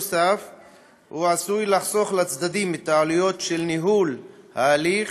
הוא עשוי לחסוך לצדדים את העלויות של ניהול ההליך